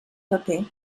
paper